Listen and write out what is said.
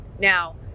Now